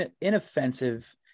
inoffensive